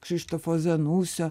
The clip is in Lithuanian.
kšištofo zanusio